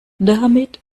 damit